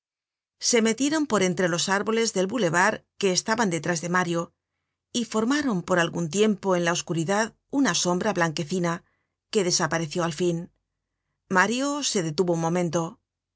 se metieron por entre los árboles del boulevard que estaban detrás de mario y formaron por algun tiempo en la oscuridad una sombra blanquecina que desapareció al fin mario se detuvo un momento